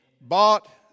Bought